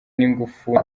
n’ingufu